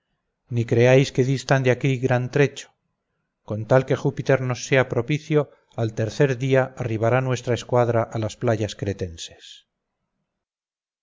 ni creáis que distan de aquí gran trecho con tal que júpiter nos sea propicio al tercer día arribará nuestra escuadra a las playas cretenses